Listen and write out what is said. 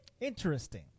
interesting